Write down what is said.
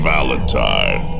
Valentine